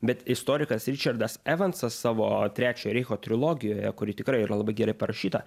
bet istorikas ričardas evansas savo trečiojo reicho trilogijoje kuri tikrai yra labai gerai parašyta